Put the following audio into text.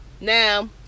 Now